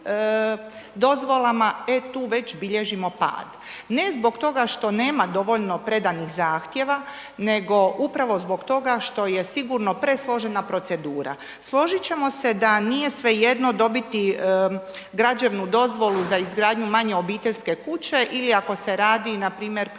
dozvolama, e tu već bilježimo pad ne zbog toga što nema dovoljno predanih zahtjeva, nego upravo zbog toga što je sigurno presložena procedura. Složit ćemo se da nije svejedno dobiti građevnu dozvolu za izgradnju manje obiteljske kuće ili ako se radi npr. kao